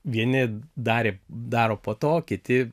vieni darė daro po to kiti